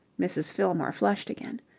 mrs. fillmore flushed again.